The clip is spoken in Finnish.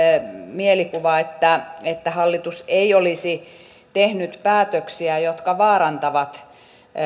mielikuva että että hallitus ei olisi tehnyt päätöksiä jotka vaarantavat